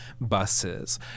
buses